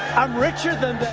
i'm richer than